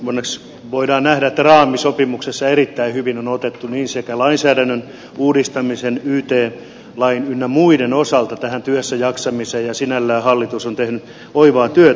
onneksi voidaan nähdä että raamisopimuksessa erittäin hyvin on otettu kantaa niin lainsäädännön uudistamisen kuin yt lain ynnä muiden osalta tähän työssäjaksamiseen ja sinällään hallitus on tehnyt oivaa työtä